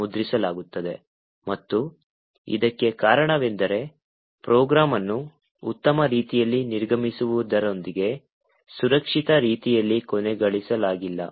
ಮುದ್ರಿಸಲಾಗುತ್ತದೆ ಮತ್ತು ಇದಕ್ಕೆ ಕಾರಣವೆಂದರೆ ಪ್ರೋಗ್ರಾಂ ಅನ್ನು ಉತ್ತಮ ರೀತಿಯಲ್ಲಿ ನಿರ್ಗಮಿಸುವುದರೊಂದಿಗೆ ಸುರಕ್ಷಿತ ರೀತಿಯಲ್ಲಿ ಕೊನೆಗೊಳಿಸಲಾಗಿಲ್ಲ